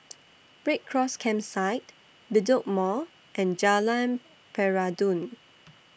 Red Cross Campsite Bedok Mall and Jalan Peradun